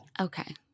Okay